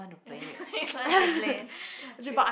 you want to play true